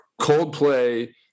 Coldplay